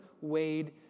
weighed